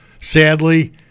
sadly